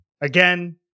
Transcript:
again